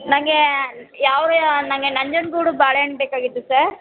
ನಂಗೆ ಯಾವೇ ನಂಗೆ ನಂಜನಗೂಡು ಬಾಳೆಹಣ್ಣು ಬೇಕಾಗಿತ್ತು ಸರ್